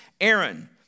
Aaron